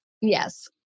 Yes